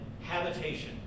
habitation